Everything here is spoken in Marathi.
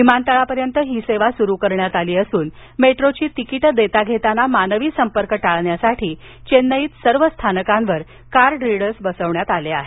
विमानतळापर्यंत ही सेवा सुरु करण्यात आली असून मेट्रोची तिकीट देताघेताना मानवी संपर्क टाळण्यासाठी चेन्नईत सर्व स्थानकांवर कार्ड रीडर्स बसविण्यात आले आहेत